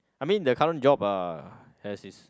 I mean the current job uh has it's